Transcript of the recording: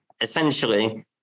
essentially